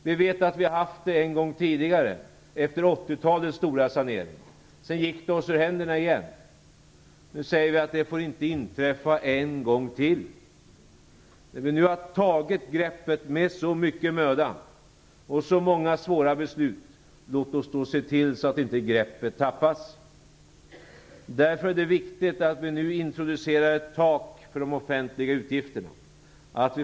Vi vet att vi har haft det en gång tidigare, efter 80-talets stora sanering. Sedan gick det oss ur händerna igen. Nu säger vi att det inte får inträffa en gång till. När vi nu med så mycket möda och så många svåra beslut har tagit greppet, låt oss då se till så att inte greppet tappas. Därför är det viktigt att vi nu introducerar ett tak för de offentliga utgifterna.